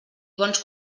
bons